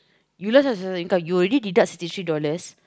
you lost your source of income you already deduct sixty three dollars